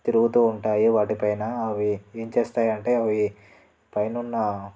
తిరుగుతూ ఉంటాయి వాటి పైన అవి ఏం చేస్తాయంటే అవి పైనున్న